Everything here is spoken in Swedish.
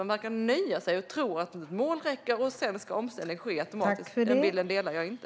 Man verkar tro att man kan nöja sig med att ha mål, och sedan ska omställningen ske automatiskt. Den bilden delar jag inte.